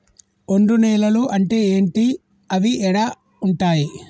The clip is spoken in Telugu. ఒండ్రు నేలలు అంటే ఏంటి? అవి ఏడ ఉంటాయి?